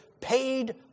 paid